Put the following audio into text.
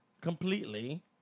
completely